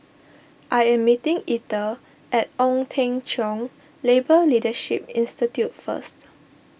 I am meeting Ether at Ong Teng Cheong Labour Leadership Institute first